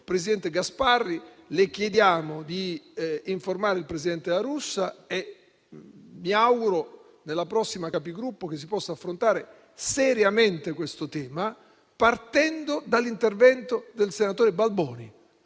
presidente Gasparri, le chiediamo di informare il presidente La Russa e mi auguro che nella prossima Conferenza dei Capigruppo si possa affrontare seriamente questo tema partendo dall'intervento del senatore Balboni.